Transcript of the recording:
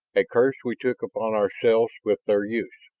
a curse we took upon ourselves with their use.